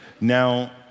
Now